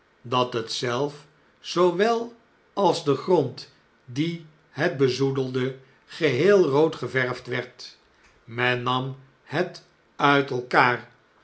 dat het zelf zoowel als de grond dien het bezoedelde geheel rood geverfd werd men nam het uit elkaar